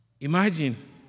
Imagine